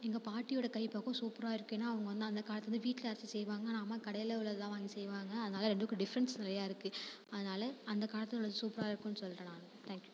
எங்கள் பாட்டியோடய கை பக்குவம் சூப்பராக இருக்குனு அவங்க வந்து அந்த காலத்துலேருந்து வீட்டில் அரைச்சி செய்வாங்க ஆனால் அம்மா கடையில் உள்ளதுதான் வாங்கி செய்வாங்க அதனால ரெண்டுக்கும் டிஃப்ரென்ஸ் நிறையா இருக்கும் அதனால அந்த காலத்தில் உள்ளது சூப்பராக இருக்கும்னு சொல்கிறேன் நான் தேங்க் யூ